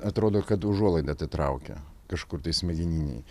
atrodo kad užuolaidą atitraukia kažkur tai smegeninėj